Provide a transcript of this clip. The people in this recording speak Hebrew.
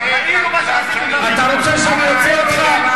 חבר הכנסת טלב אלסאנע, אתה רוצה שאני אוציא אותך?